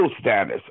status